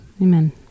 amen